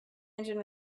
engine